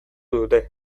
dute